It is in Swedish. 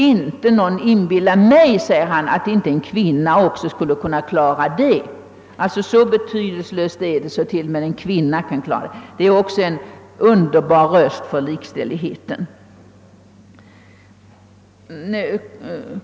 Ingen kan inbilla honom, säger han, att inte också en kvinna skulle kunna klara denna uppgift. Uppgiften är alltså så betydelselös att t.o.m. en kvinna kan klara den. Det är också en underbar tröst för likställigheten.